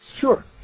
Sure